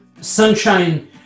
sunshine